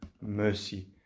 mercy